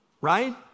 right